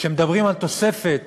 כשמדברים על תוספת